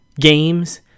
games